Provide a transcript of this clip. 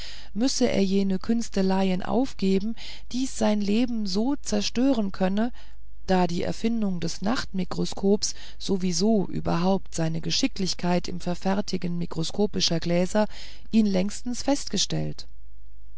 müsse er jene künsteleien aufgeben dies sein leben so verstören könne da die erfindung des nachtmikroskops sowie überhaupt seine geschicklichkeit im verfertigen mikroskopischer gläser ihn längstens festgestellt